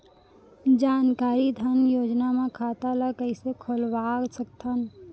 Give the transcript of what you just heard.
जानकारी धन योजना म खाता ल कइसे खोलवा सकथन?